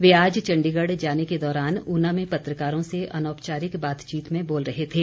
वे आज चण्डीगढ़ जाने के दौरान ऊना में पत्रकारों से अनौपचारिक बातचीत में बोल रहे थे